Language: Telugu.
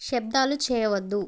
శబ్దాలు చేయవద్దు